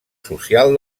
social